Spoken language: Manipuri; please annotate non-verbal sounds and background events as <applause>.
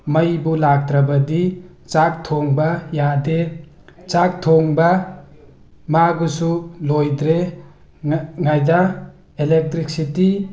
ꯃꯩꯕꯨ ꯂꯥꯛꯇ꯭ꯔꯕꯗꯤ ꯆꯥꯛ ꯊꯣꯡꯕ ꯌꯥꯗꯦ ꯆꯥꯛ ꯊꯣꯡꯕ ꯃꯥꯕꯨꯁꯨ ꯂꯣꯏꯗ꯭ꯔꯦ <unintelligible> ꯏꯂꯦꯛꯇ꯭ꯔꯤꯛꯁꯤꯇꯤ